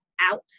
out